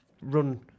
run